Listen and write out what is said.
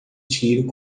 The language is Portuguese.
tiro